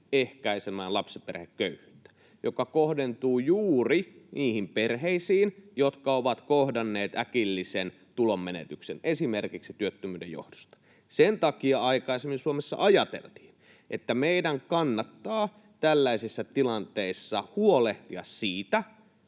ehkäisemään lapsiperheköyhyyttä. Se kohdentuu juuri niihin perheisiin, jotka ovat kohdanneet äkillisen tulonmenetyksen esimerkiksi työttömyyden johdosta. Sen takia aikaisemmin Suomessa ajateltiin, että meidän kannattaa tällaisissa tilanteissa huolehtia siitä,